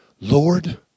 Lord